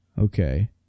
Okay